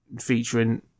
featuring